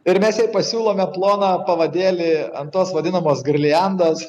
ir mes jai pasiūlome ploną pavadėlį ant tos vadinamos girliandos